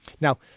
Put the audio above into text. Now